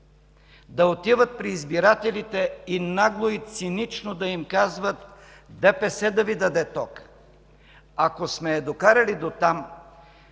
да отиват при избирателите и нагло, и цинично да им казват: „ДПС да Ви даде ток”. Ако сме я докарали дотам